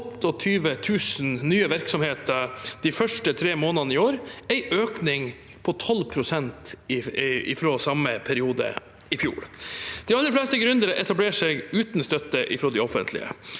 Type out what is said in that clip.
28 000 nye virksomheter de første tre månedene i år, en økning på 12 pst. fra samme periode i fjor. De aller fleste gründere etablerer seg uten støtte fra det offentlige,